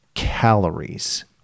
calories